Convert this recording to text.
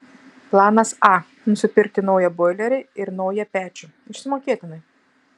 planas a nusipirkti naują boilerį ir naują pečių išsimokėtinai